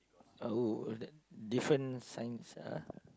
oh !woo! different science ah